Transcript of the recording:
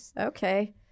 Okay